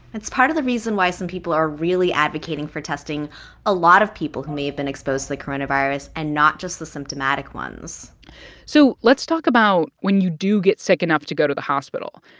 that's part of the reason why some people are really advocating for testing a lot of people who may have been exposed to the coronavirus and not just the symptomatic ones so let's talk about when you do get sick enough to go to the hospital.